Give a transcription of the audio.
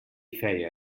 feia